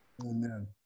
Amen